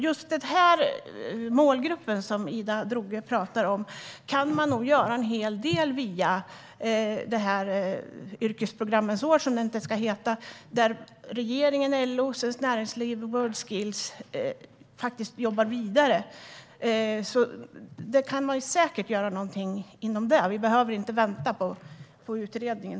Just den målgrupp Ida Drougge talar om kan man göra en hel del för via yrkesutbildningens år - som det visserligen inte ska heta. Regeringen, LO, Svenskt Näringsliv och World Skills jobbar vidare, och det kan säkert göras något där. Vi behöver inte vänta på utredningen.